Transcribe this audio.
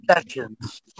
sessions